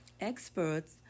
experts